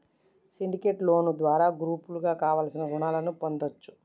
syndicate loan ద్వారా గ్రూపుగా కావలసిన రుణాలను పొందచ్చు